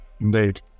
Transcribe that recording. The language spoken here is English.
Indeed